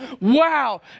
wow